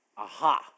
Aha